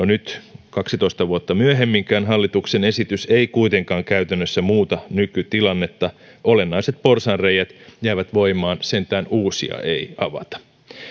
nyt kaksitoista vuotta myöhemminkään hallituksen esitys ei kuitenkaan käytännössä muuta nykytilannetta olennaiset porsaanreiät jäävät voimaan sentään uusia ei avata